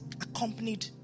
accompanied